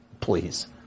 Please